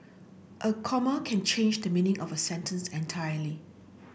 a comma can change the meaning of a sentence entirely